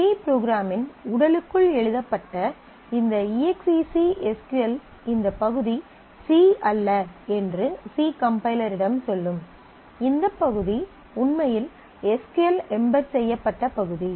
C ப்ரோக்ராமின் உடலுக்குள் எழுதப்பட்ட இந்த EXEC எஸ் க்யூ எல் இந்த பகுதி சி அல்ல என்று சி கம்பைலரிடம் சொல்லும் இந்த பகுதி உண்மையில் எஸ் க்யூ எல் எம்பெட் செய்யப்பட்ட பகுதி